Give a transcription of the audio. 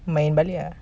main balik ah